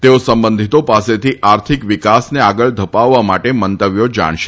તેઓ સંબંધીતો પાસેથી આર્થિક વિકાસને આગળ ધપાવવા માટે મંતવ્યો જાણશે